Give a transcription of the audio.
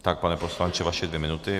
Tak, pane poslanče, vaše dvě minuty.